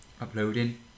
Uploading